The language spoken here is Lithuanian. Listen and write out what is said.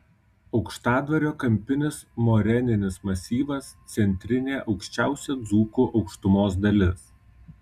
aukštadvario kampinis moreninis masyvas centrinė aukščiausia dzūkų aukštumos dalis